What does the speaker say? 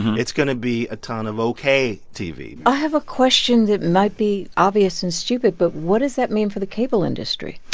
it's going to be a ton of ok tv i have a question that might be obvious and stupid, but what does that mean for the cable industry?